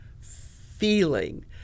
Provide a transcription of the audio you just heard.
feeling